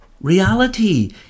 reality